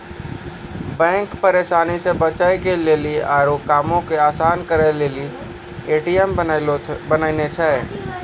bank परेशानी से बचे के लेली आरु कामो के असान करे के लेली ए.टी.एम बनैने छै